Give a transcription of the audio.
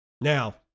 now